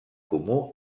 comú